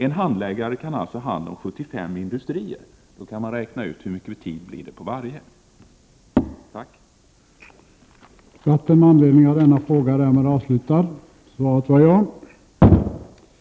En handläggare kan alltså ha hand om 75 industrier. Då kan man räkna ut hur mycket tid det blir för varje företag.